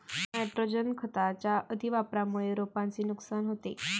nitrogen खताच्या अतिवापरामुळे रोपांचे नुकसान होते